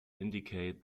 indicate